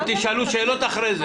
אתם תשאלו שאלות אחרי זה.